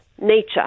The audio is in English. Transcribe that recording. nature